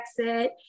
exit